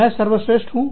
मैं सर्वश्रेष्ठ हूं